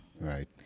Right